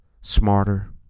smarter